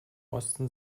osten